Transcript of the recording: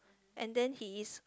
and then he is